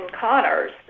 Connors